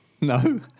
no